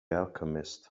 alchemist